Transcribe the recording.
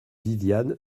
viviane